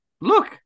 Look